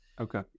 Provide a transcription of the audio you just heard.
Okay